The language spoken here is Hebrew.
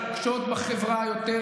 אף אחד לא הפריע לך.